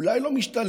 אולי לא משתלם